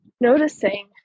noticing